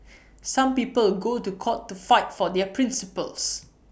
some people go to court to fight for their principles